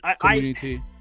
community